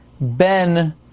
Ben